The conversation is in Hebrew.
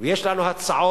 ויש לנו הצעות